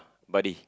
buddy